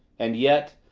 and yet,